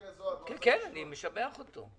כן, אני משבח אותו.